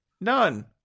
none